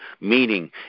meaning